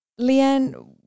Leanne